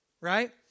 right